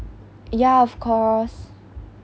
ya of course